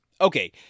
Okay